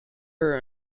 her